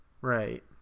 Right